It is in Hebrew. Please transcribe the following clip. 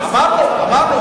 אמרנו.